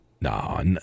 No